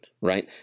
right